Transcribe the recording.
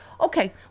Okay